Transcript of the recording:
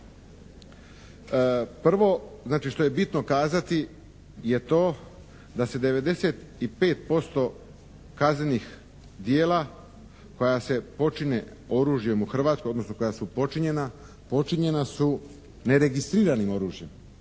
Prvo, znači što je bitno kazati, je to da se 95% kaznenih djela koja se počine oružjem u Hrvatskoj, odnosno koja su počinjena, počinjena su neregistriranim oružjem.